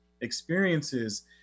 experiences